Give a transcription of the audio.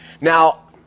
Now